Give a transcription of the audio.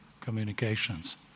communications